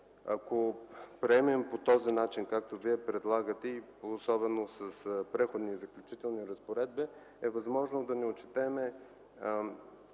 ако приемем по този начин, както Вие предлагате в Преходните и заключителни разпоредби, е възможно да не отчетем